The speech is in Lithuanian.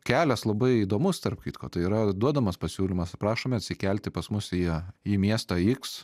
kelias labai įdomus tarp kitko tai yra duodamas pasiūlymas prašome atsikelti pas mus į į miestą x